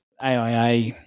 AIA